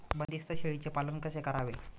बंदिस्त शेळीचे पालन कसे करावे?